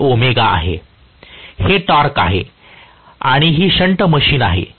हे ω आहे हे टॉर्क आहे आणि ही शंट मशीन आहे